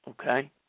Okay